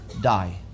die